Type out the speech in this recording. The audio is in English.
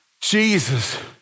Jesus